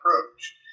approach